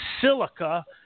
silica